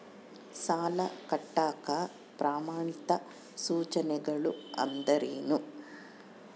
ಸಾಲ ಕಟ್ಟಾಕ ಪ್ರಮಾಣಿತ ಸೂಚನೆಗಳು ಅಂದರೇನು?